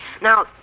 Now